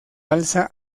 alza